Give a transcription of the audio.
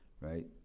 Right